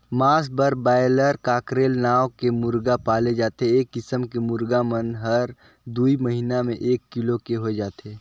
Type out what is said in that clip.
मांस बर broiler, cockerel नांव के मुरगा पाले जाथे ए किसम के मुरगा मन हर दूई महिना में एक किलो के होय जाथे